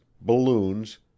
balloons